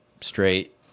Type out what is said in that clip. straight